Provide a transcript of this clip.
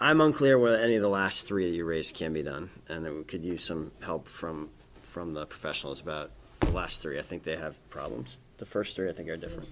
i'm unclear whether any of the last three raised can be done and then we could use some help from from the professionals about last three i think they have problems the first thing i think are different